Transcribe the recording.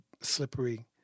slippery